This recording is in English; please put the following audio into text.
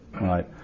Right